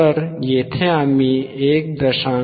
तर येथे आम्ही 1